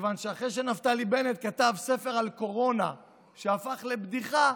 מכיוון שאחרי שנפתלי בנט כתב ספר על קורונה שהפך לבדיחה,